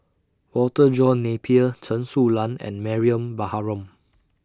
Walter John Napier Chen Su Lan and Mariam Baharom